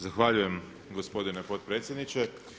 Zahvaljujem gospodine potpredsjedniče.